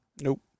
Nope